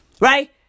Right